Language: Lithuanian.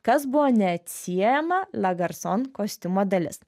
kas buvo neatsiejama lagarson kostiumo dalis